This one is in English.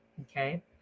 Okay